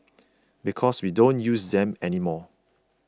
because we don't use them anymore